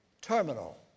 terminal